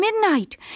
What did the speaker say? midnight